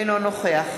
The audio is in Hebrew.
אינו נוכח